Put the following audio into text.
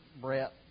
Brett